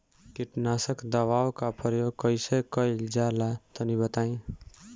कीटनाशक दवाओं का प्रयोग कईसे कइल जा ला तनि बताई?